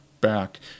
back